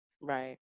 right